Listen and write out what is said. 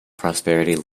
prosperity